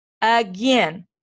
again